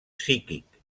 psíquic